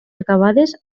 acabades